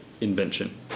invention